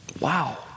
wow